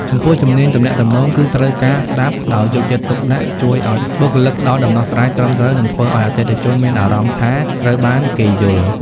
ចំពោះ ជំនាញទំនាក់ទំនង គឺត្រូវការស្ដាប់ដោយយកចិត្តទុកដាក់ជួយឱ្យបុគ្គលិកផ្ដល់ដំណោះស្រាយត្រឹមត្រូវ និងធ្វើឱ្យអតិថិជនមានអារម្មណ៍ថាត្រូវបានគេយល់។